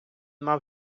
мав